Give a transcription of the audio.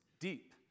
deep